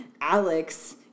Alex